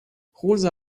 rosa